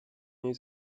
niej